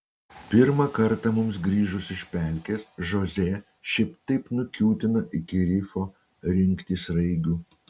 pirmą kartą mums grįžus iš pelkės žoze šiaip taip nukiūtina iki rifo rinkti sraigių